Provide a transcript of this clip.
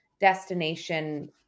destination